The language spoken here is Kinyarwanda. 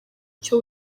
cyo